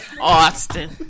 Austin